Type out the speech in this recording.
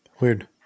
Weird